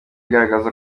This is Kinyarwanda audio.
igaragaza